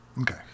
Okay